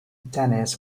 dennis